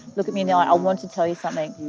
look at me in the eye. i want to tell you something.